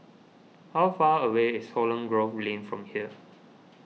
how far away is Holland Grove Lane from here